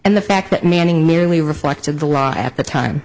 and the fact that manning merely reflected the law at the time